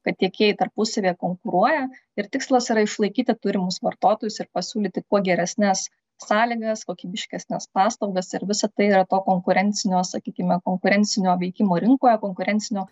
kad tiekėjai tarpusavyje konkuruoja ir tikslas yra išlaikyti turimus vartotojus ir pasiūlyti kuo geresnes sąlygas kokybiškesnes paslaugas ir visa tai yra to konkurencinio sakykime konkurencinio veikimo rinkoje konkurencinio